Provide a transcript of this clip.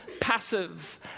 passive